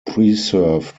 preserved